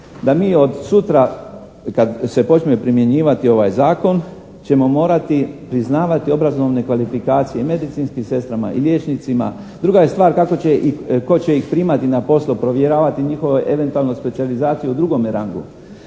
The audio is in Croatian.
da mi od sutra kad se počne primjenjivati ovaj zakon ćemo morati priznavati obrazovne kvalifikacije i medicinskim sestrama i liječnicima. Druga je stvar kako će i tko će ih primati na posao, provjeravati njihove eventualno specijalizacije u drugome rangu.